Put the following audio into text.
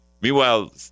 Meanwhile